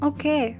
Okay